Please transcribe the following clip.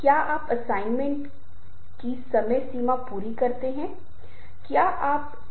इसलिए यह सुधार या मैं कहूंगा कि यह संशोधन कुछ ऐसा है जिसे व्यवस्थित तरीके से संबोधित करने की आवश्यकता है